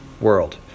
world